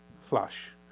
flush